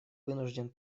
вынужден